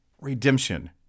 redemption